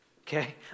okay